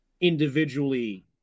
individually